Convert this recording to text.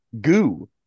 goo